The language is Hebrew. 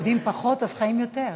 אולי אם עובדים פחות, אז חיים יותר.